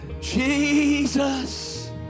Jesus